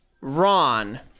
Ron